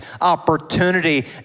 opportunity